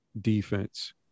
defense